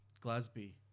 Glasby